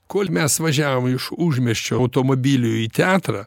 kol mes važiavom iš užmiesčio automobiliu į teatrą